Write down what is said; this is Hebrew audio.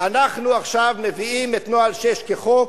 אנחנו עכשיו מביאים את נוהל 6 כחוק.